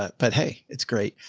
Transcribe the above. ah but hey, it's great.